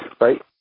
right